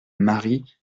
marie